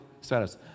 status